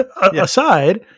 aside